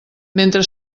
mentre